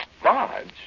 Bodge